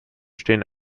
stehen